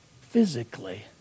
Physically